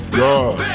god